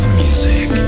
music